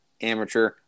amateur